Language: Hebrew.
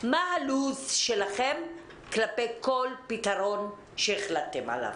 מה הלו"ז שלכם כלפי כל פתרון שהחלטתם עליו?